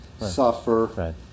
suffer